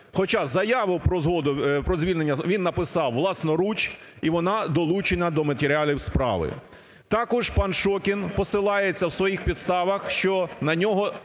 про згоду… про звільнення він написав власноруч, і вона долучена до матеріалів справи. Також пан Шокін посилається в своїх підставах, що на нього